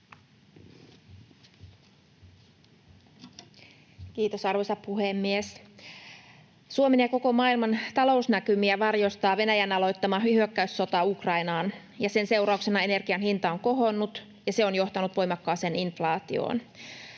Kiitos, arvoisa puhemies! Suomen ja koko maailman ta-lousnäkymiä varjostaa Venäjän aloittama hyökkäyssota Ukrainaan, ja sen seurauksena energian hinta on kohonnut, ja se on johtanut voimakkaaseen inflaatioon.